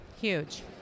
huge